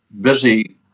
busy